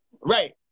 Right